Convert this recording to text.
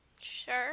sure